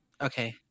Okay